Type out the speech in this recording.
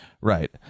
Right